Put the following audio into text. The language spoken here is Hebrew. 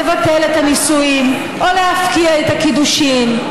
לבטל את הנישואים או להפקיע את הקידושין.